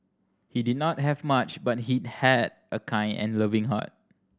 he did not have much but he had a kind and loving heart